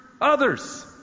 others